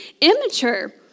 immature